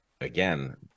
again